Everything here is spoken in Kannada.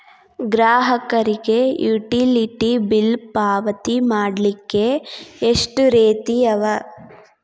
ಗ್ರಾಹಕರಿಗೆ ಯುಟಿಲಿಟಿ ಬಿಲ್ ಪಾವತಿ ಮಾಡ್ಲಿಕ್ಕೆ ಎಷ್ಟ ರೇತಿ ಅವ?